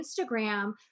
Instagram